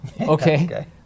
okay